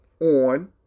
on